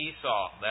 Esau